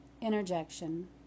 Interjection